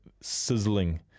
sizzling